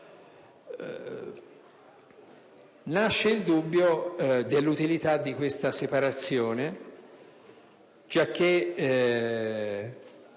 Nasce il dubbio dell'utilità di tale separazione, giacché